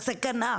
הסכנה,